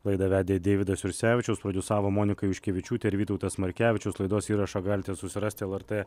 laidą vedė deividas jursevičius prodiusavo monika juškevičiūtė ir vytautas markevičius laidos įrašą galite susirasti lrt